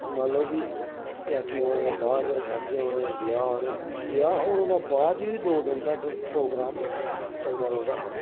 मतलब कि पंजाकी औने दे रखैद्दे होने ब्याह् होने ब्याह् होने दे बाद बी दो दिन तक्क प्रोग्राम चलदा रौंह्दा हा